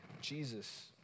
Jesus